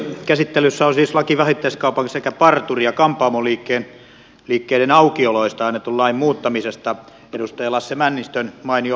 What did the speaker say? käsittelyssä on siis aloite vähittäiskaupan sekä parturi ja kampaamoliikkeiden aukioloista annetun lain muuttamisesta edustaja lasse männistön mainio lakialoite